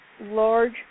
large